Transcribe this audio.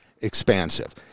expansive